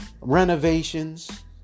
renovations